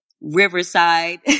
Riverside